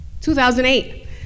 2008